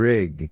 Rig